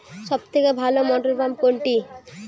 সবথেকে ভালো মটরপাম্প কোনটি?